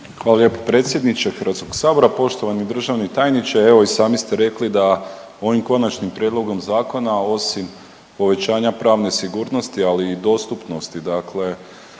Hvala lijepo predsjedniče Hrvatskog sabora. Poštovani državni tajniče, evo i sami ste rekli da ovim konačnim prijedlogom zakona osim povećanja pravne sigurnosti, ali i dostupnosti dakle